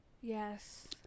Yes